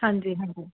ਹਾਂਜੀ ਹਾਂਜੀ